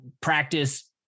practice